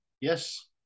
Yes